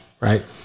right